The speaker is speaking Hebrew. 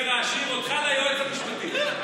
אומר העשיר: אותך ליועץ המשפטי.